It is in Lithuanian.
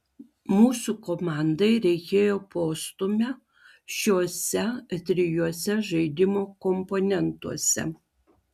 mūsų komandai reikėjo postūmio šiuose trijuose žaidimo komponentuose